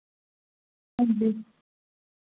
हांजी